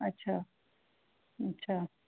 अच्छा अच्छा